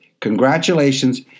Congratulations